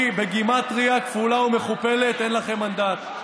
בגימטרייה כפולה ומכופלת: אין לכם מנדט.